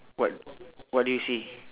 what what do you see